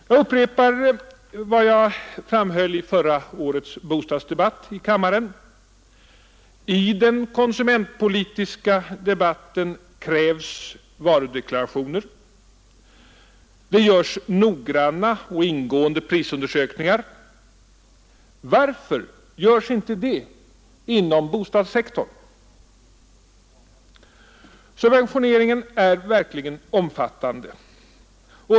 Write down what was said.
Jag upprepar vad jag framhöll i förra årets bostadsdebatt i kammaren: I den konsumentpolitiska debatten krävs varudeklarationer. Det görs noggranna och ingående prisundersökningar. Varför görs inte det inom bostadssektorn? Subventioneringen är verkligen omfattande.